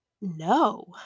no